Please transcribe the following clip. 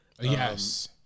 Yes